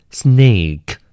snake